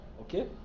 Okay